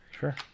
Sure